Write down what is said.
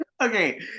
okay